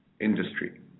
industry